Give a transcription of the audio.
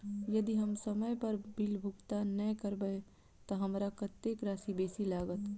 यदि हम समय पर बिल भुगतान नै करबै तऽ हमरा कत्तेक राशि बेसी लागत?